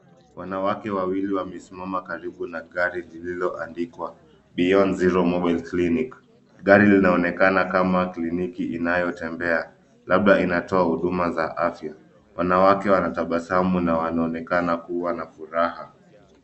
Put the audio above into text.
Wanawake wawili wamesimama karibu na gari lililoandikwa cs[Beyond Zero Mobile Clinic]cs. Gari linaonekana kama kliniki inayotembea, labda inatoa huduma za afya. Wanawake wanatabasamu na wanaonekana kuwa na furaha.